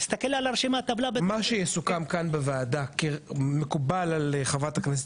מה שיסוכם כאן בוועדה כמקובל על חברת הכנסת